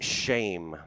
shame